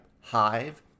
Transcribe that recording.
Hive